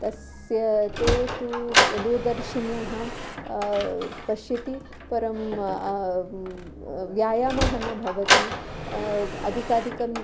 तस्य ते तु के दूरदर्शिन्यः पश्यति परं व्यायामं न भवति अधिकाधिकम्